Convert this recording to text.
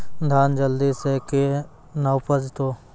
धान जल्दी से के ना उपज तो?